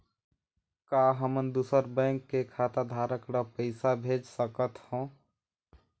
का हमन दूसर बैंक के खाताधरक ल पइसा भेज सकथ हों?